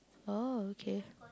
oh okay